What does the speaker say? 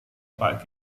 pak